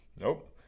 Nope